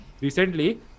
recently